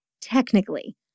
technically